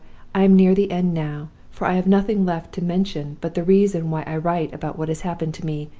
i am near the end now for i have nothing left to mention but the reason why i write about what has happened to me,